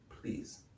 please